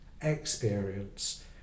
experience